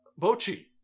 Bochi